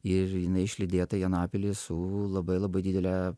ir jinai išlydėta į anapilį su labai labai didele